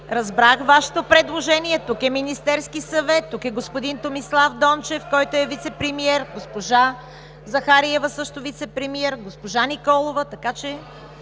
разбрах Вашето предложение. Тук е Министерският съвет, тук е господин Томислав Дончев, който е вицепремиер, госпожа Захариева – също вицепремиер, госпожа Николова, така че…